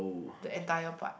the entire part